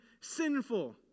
sinful